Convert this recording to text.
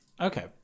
Okay